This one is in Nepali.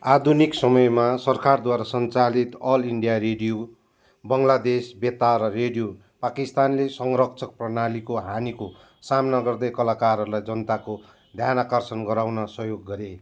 आधुनिक समयमा सरकारद्वारा सञ्चालित अल इन्डिया रेडियो बङ्गलादेश बेतार र रेडियो पाकिस्तानले संरक्षक प्रणालीको हानीको सामना गर्दै कलाकारहरूलाई जनताको ध्यानाकर्षण गराउन सहयोग गरे